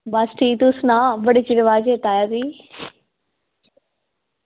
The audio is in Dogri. बस ठीक तू सनांऽ बड़े चिर बाद चेता आया तुगी